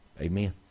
Amen